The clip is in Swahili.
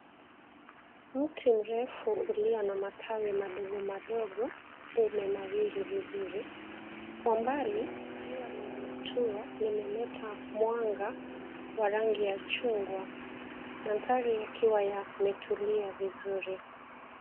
Mti mrefu ulio na matawi madogo madogo umenawiri vizuri. Kwa mbali, jua linalotua limeleta mwanga wa rangi ya chungwa. Mandhari yakiwa ametulia vizuri.